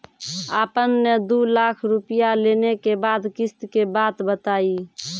आपन ने दू लाख रुपिया लेने के बाद किस्त के बात बतायी?